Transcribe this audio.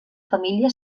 família